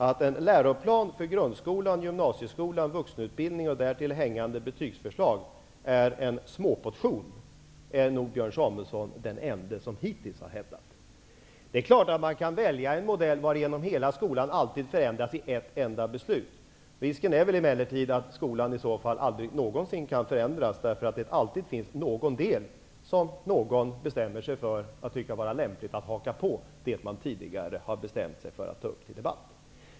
Att en läroplan för grundskolan, gymnasieskolan, vuxenutbildningen och därtill hängande betygsförslag skulle vara småportion är nog Björn Samuelson den ende som hittills har hävdat. Det är klart att man kan välja en modell varigenom hela skolan alltid förändras genom ett enda beslut. Risken är emellertid att skolan i så fall aldrig någonsin kan förändras, därför att det alltid finns någon del som någon bestämmer sig för att tycka vara lämplig att haka på i det man tidigare har bestämt sig för att ta upp till debatt.